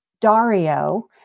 Dario